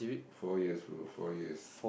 four years bro four years